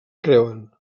creuen